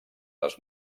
les